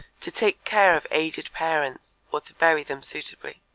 to take care of aged parents, or to bury them suitably.